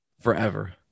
Forever